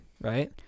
Right